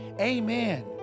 Amen